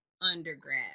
undergrad